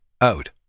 out